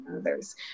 others